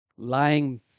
Lying